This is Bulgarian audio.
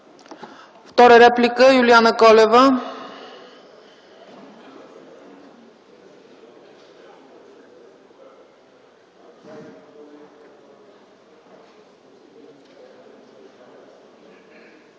Втора реплика – Юлияна Колева.